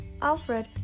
Alfred